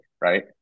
right